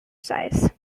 size